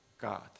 God